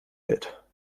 hält